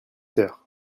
heures